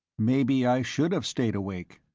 maybe i should have stayed awake.